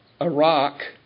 Iraq